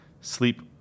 sleep